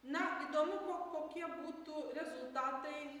na įdomu ko kokie būtų rezultatai